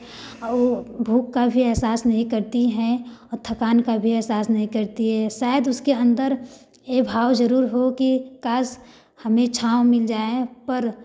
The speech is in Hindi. वह भूख भी एहसास नहीं करती हैं और थकान का भी एहसास नहीं करती है शायद उसके अन्दर यह भाव ज़रूर हो कि काश हमें छाँव मिल जाए पर